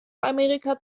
amerika